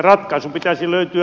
ratkaisun pitäisi löytyä